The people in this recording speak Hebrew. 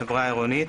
חברה עירונית,